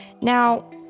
now